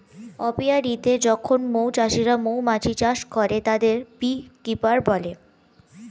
অপিয়া রীতে যখন মৌ চাষিরা মৌমাছি চাষ করে, তাদের বী কিপার বলে